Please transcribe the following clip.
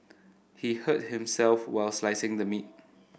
he hurt himself while slicing the meat